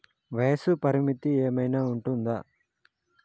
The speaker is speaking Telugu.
వయస్సు పరిమితి ఏమైనా ఉంటుందా?